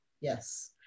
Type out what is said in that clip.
Yes